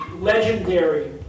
legendary